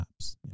apps